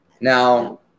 Now